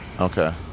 Okay